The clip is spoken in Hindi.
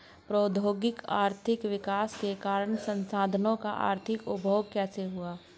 प्रौद्योगिक और आर्थिक विकास के कारण संसाधानों का अधिक उपभोग कैसे हुआ है?